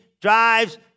drives